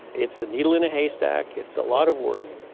it's a needle in a haystack, it's a lot of work.